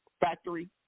factory